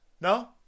No